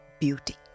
beauty